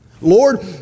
Lord